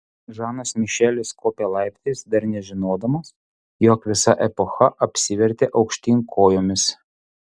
žanas mišelis kopė laiptais dar nežinodamas jog visa epocha apsivertė aukštyn kojomis